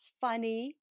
funny